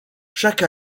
chaque